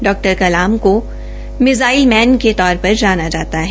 डॉ कलाम को missile man के तौर पर जाना जाता है